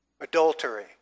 Adultery